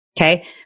Okay